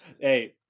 Hey